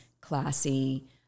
classy